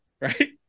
right